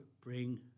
bring